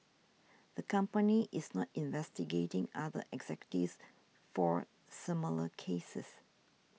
the company is not investigating other executives for similar cases